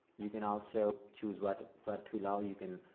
you can also choose what to allow, you can